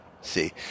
see